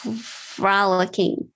frolicking